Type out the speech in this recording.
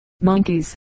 monkeys